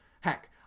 Heck